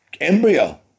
embryo